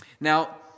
Now